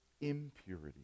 impurity